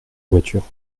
voiture